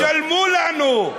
ישלמו לנו,